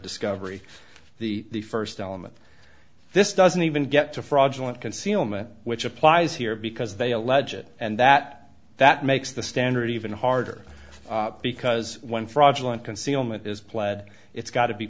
discovery the first element this doesn't even get to fraudulent concealment which applies here because they allege it and that that makes the standard even harder because when fraudulent concealment is pled it's got to be